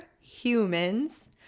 humans